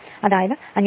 അതായത് 5 6 3